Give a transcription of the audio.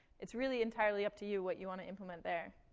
it's really entirely up to you what you want to implement there.